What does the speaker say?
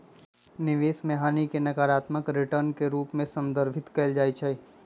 निवेश में हानि के नकारात्मक रिटर्न के रूप में संदर्भित कएल जाइ छइ